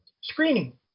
screening